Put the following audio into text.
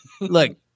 Look